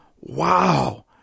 Wow